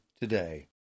today